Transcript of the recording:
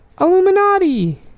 Illuminati